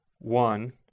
one